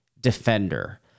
defender